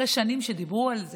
אחרי שנים שדיברו על זה,